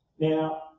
Now